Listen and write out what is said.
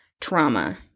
trauma